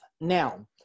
Now